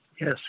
Yes